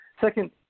second